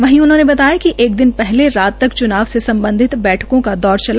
वहीं उन्होंने बताया कि एक दिन पहले रात तक चुनाव से संबंधित बैठकों का दौर चला